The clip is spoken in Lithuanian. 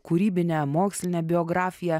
kūrybine moksline biografija